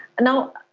Now